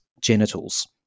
genitals